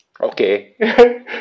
okay